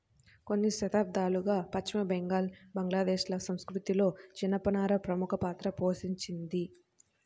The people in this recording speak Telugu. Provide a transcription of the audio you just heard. కొన్ని శతాబ్దాలుగా పశ్చిమ బెంగాల్, బంగ్లాదేశ్ ల సంస్కృతిలో జనపనార ప్రముఖ పాత్ర పోషించింది